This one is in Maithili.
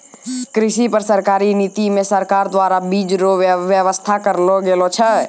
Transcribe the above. कृषि पर सरकारी नीति मे सरकार द्वारा बीज रो वेवस्था करलो गेलो छै